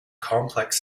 complex